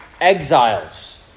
exiles